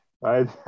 right